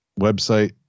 website